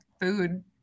food